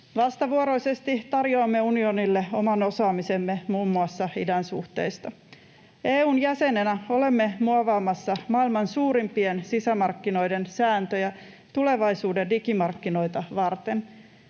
Vastavuoroisesti tarjoamme unionille oman osaamisemme muun muassa idänsuhteista. EU:n jäsenenä olemme muovaamassa maailman suurimpien sisämarkkinoiden sääntöjä tulevaisuuden digimarkkinoita varten.